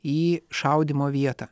į šaudymo vietą